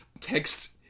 text